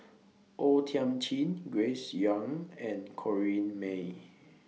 O Thiam Chin Grace Young and Corrinne May